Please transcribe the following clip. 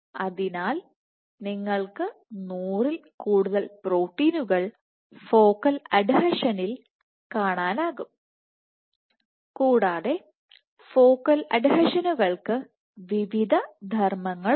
അതിനാൽ നിങ്ങൾക്ക് 100 ൽ കൂടുതൽ പ്രോട്ടീനുകൾ ഫോക്കൽ അഡ്ഹെഷനിൽ കാണാനാകും കൂടാതെ ഫോക്കൽ അഡ്ഹെഷനുകൾക്ക് വിവിധ ധർമ്മങ്ങളുണ്ട്